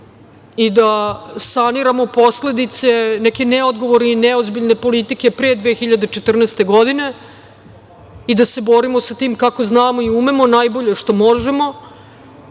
i da saniramo posledice neke neodgovorne i neozbiljne politike, pre 2014. godine, i da se borimo sa tim, kako znamo i umemo, najbolje što